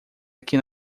aqui